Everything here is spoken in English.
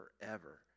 forever